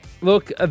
look